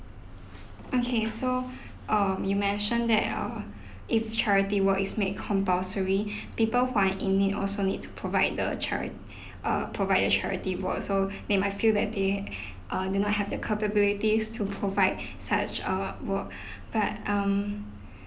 okay so um you mentioned that uh if charity work is made compulsory people who are in need also need to provide the chari~ uh provide the charity work also they might feel that they uh do not have the capabilities to provide such uh work but um